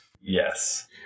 yes